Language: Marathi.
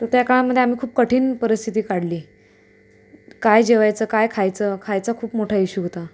तर त्या काळामध्ये आम्ही खूप कठीण परिस्थिती काढली काय जेवायचं काय खायचं खायचा खूप मोठा इश्यू होता